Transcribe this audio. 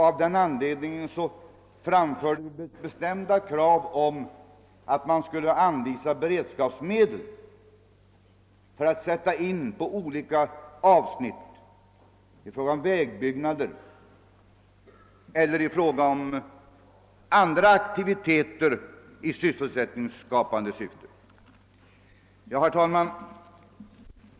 Av den anledningen framförde vi bestämda krav på att man skulle anvisa beredskapsmedel för att sättas in på olika avsnitt, till vägbyggnader eller till andra aktiviteter i sysselsättningsskapande syfte. Herr talman!